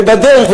ובדרך,